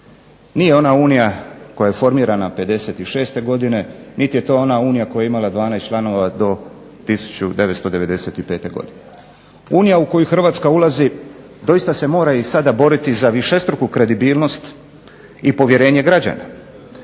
nije ona Unija koja je formirana '56. godine niti je to ona Unija koja je imala 12 članova do 1995.godine. Unija u koju Hrvatska ulazi doista se mora i sada boriti za višestruku kredibilnost i povjerenje građana.